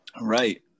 Right